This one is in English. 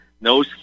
no